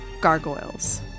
Gargoyles